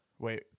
Wait